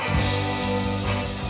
and